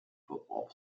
football